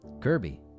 Kirby